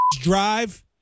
drive